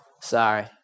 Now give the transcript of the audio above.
Sorry